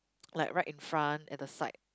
like right in front at the side